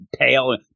pale